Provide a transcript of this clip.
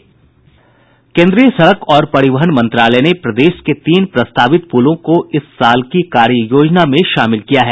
केन्द्रीय सड़क और परिवहन मंत्रालय ने प्रदेश के तीन प्रस्तावित पुलों को इस साल की कार्ययोजना में शामिल किया है